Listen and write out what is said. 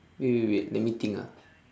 wait wait wait let me think ah